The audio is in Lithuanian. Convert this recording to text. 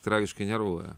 tragiškai nervuoja